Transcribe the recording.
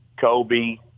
Kobe